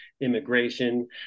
immigration